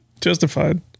Justified